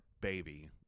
baby